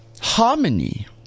harmony